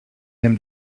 him